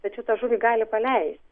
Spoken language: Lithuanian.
tačiau tą žuvį gali paleisti